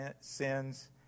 sins